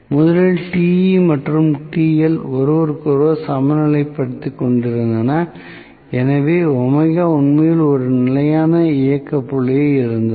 முதலில் Te மற்றும் TL ஒருவருக்கொருவர் சமநிலைப்படுத்திக் கொண்டிருந்தன எனவே உண்மையில் ஒரு நிலையான இயக்க புள்ளியில் இருந்தது